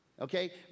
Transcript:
okay